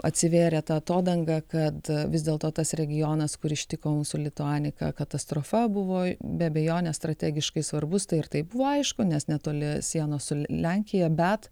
atsivėrė ta atodanga kad vis dėl to tas regionas kur ištiko mūsų lituanika katastrofa buvo be abejonės strategiškai svarbus tai ir taip buvo aišku nes netoli sienos su lenkija bet